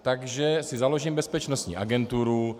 Takže si založím bezpečnostní agenturu.